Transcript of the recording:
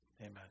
amen